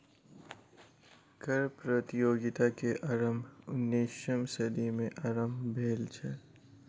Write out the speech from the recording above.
कर प्रतियोगिता के आरम्भ उन्नैसम सदी में आरम्भ भेल छल